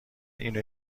اینو